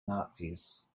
nazis